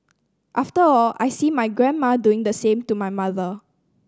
after all I see my grandma doing the same to my mother